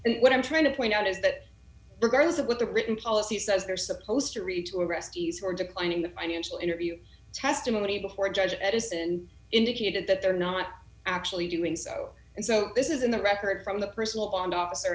and what i'm trying to point out is that regardless of what the written policy says they're supposed to reach orestes or declining the financial interview testimony before a judge edison indicated that they're not actually doing so and so this is in the record from the personal and officer